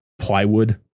plywood